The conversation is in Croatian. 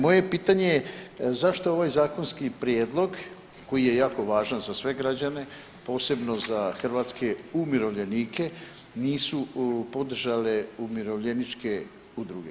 Moje pitanje je, zašto ovaj zakonski prijedlog koji je jako važan za sve građane, posebno za hrvatske umirovljenike, nisu podržale umirovljeničke udruge.